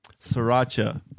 Sriracha